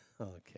Okay